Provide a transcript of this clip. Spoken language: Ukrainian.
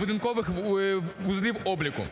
будинкових вузлів обліку.